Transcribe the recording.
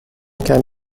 can